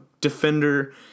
defender